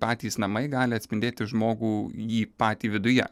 patys namai gali atspindėti žmogų jį patį viduje